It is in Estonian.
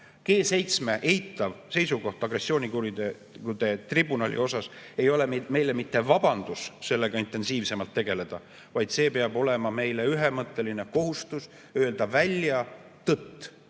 G7 eitav seisukoht agressioonikuritegude tribunali osas ei ole meile vabandus sellega intensiivsemalt mitte tegeleda. See peab olema meie ühemõtteline kohustus öelda välja tõtt